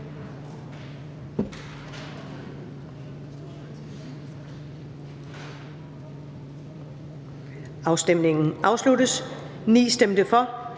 Afstemningen afsluttes. For stemte 7